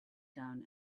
down